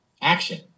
action